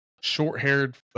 short-haired